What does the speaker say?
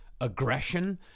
aggression